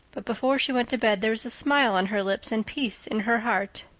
but before she went to bed there was a smile on her lips and peace in her heart.